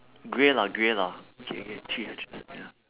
grey lah grey lah okay okay three patches ya